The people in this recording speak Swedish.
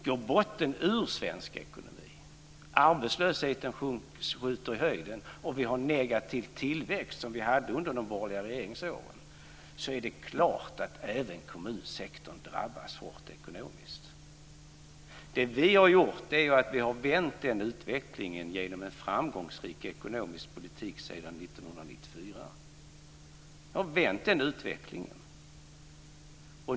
Om botten går ur svensk ekonomi, arbetslösheten skjuter i höjden och vi har en negativ tillväxt, som vi hade under de borgerliga regeringsåren, är det klart att även kommunsektorn drabbas hårt ekonomiskt. Vi har vänt den utvecklingen genom en framgångsrik ekonomisk politik sedan 1994. Vi har vänt den utvecklingen.